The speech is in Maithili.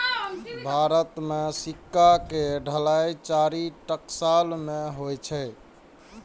भारत मे सिक्का के ढलाइ चारि टकसाल मे होइ छै